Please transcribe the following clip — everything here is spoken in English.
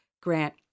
Grant